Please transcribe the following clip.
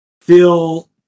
feel